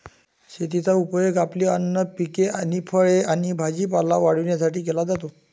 शेताचा उपयोग आपली अन्न पिके आणि फळे आणि भाजीपाला वाढवण्यासाठी केला जातो